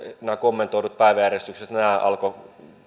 nämä kommentoidut päiväjärjestykset alkoivat